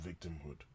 victimhood